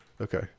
Okay